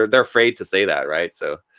they're afraid to say that, right? so.